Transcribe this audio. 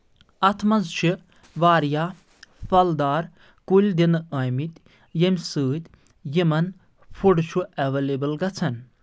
اتھ منٛز چھِ واریاہ پھل دار کُلۍ دِنہٕ آمٕتۍ ییٚمہِ سۭتۍ یِمن فُڈ چھُ ایویلیبٕل گژھان